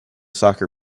soccer